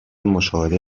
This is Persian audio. مشاهده